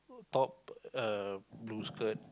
top uh blue skirt